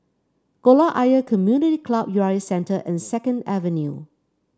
Kolam Ayer Community Club U R A Centre and Second Avenue